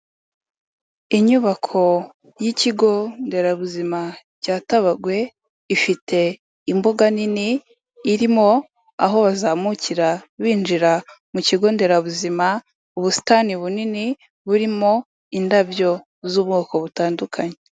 Inyubako y'ikigo nderabuzima cya Tabagwe, ifite imbuga nini, irimo aho bazamukira binjira mu kigo nderabuzima, ubusitani bunini, burimo indabyo z'ubwoko butandukanye.